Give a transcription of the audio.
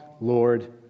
Lord